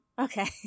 Okay